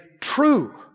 true